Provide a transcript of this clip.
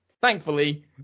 Thankfully